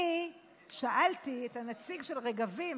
אני שאלתי את הנציג של רגבים,